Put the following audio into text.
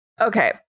Okay